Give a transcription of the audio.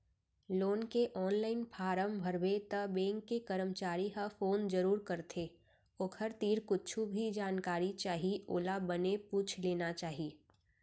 loan के online form भरबे त बेंक के करमचारी ह फोन जरूर करथे ओखर तीर कुछु भी जानकारी चाही ओला बने पूछ लेना चाही